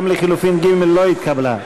גם לחלופין ג' לא התקבלה.